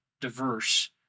diverse